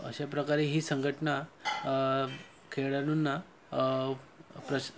अशाप्रकारे ही संघटना खेळाडूंना प्रश